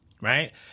Right